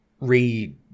re